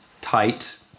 tight